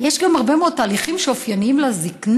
יש גם הרבה מאוד תהליכים שאופייניים לזקנה,